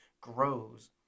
grows